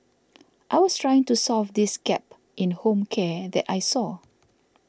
I was trying to solve this gap in home care that I saw